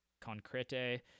concrete